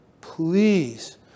please